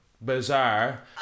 bizarre